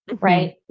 Right